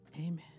amen